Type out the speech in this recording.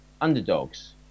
underdogs